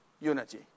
unity